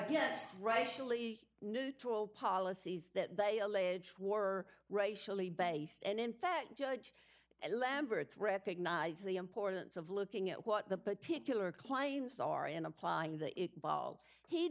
rightfully neutral policies that they allege war racially based and in fact judge lamberth recognize the importance of looking at what the particular clients are in applying the ball he